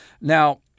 Now